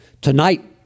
tonight